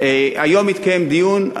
היום יתקיים דיון,